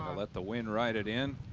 let the wind ride it in